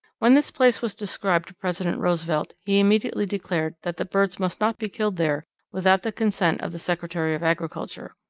when this place was described to president roosevelt, he immediately declared that the birds must not be killed there without the consent of the secretary of agriculture.